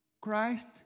Christ